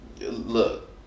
Look